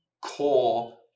core